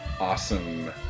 awesome